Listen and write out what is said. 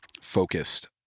focused